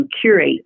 curate